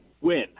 win